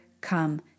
come